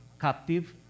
captive